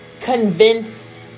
convinced